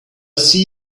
see